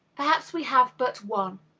perhaps we have but one.